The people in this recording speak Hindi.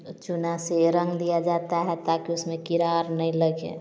चूना से रंग दिया जाता है ताकि उसमे कीड़ा और नहीं लगे